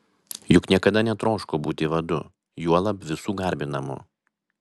juk niekada netroško būti vadu juolab visų garbinamu